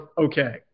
Okay